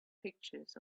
pictures